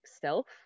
self